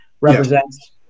represents